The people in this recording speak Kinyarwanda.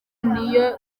niyo